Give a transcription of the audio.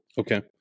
Okay